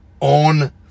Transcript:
on